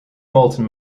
molten